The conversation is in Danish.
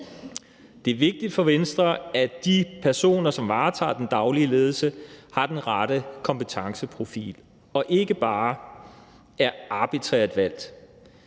Det er vigtigt for Venstre, at de personer, som varetager den daglige ledelse, har den rette kompetenceprofil, og at de ikke bare er arbitrært valgt.